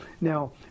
Now